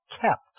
kept